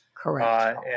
Correct